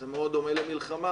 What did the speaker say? זה מאוד דומה למלחמה.